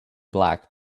black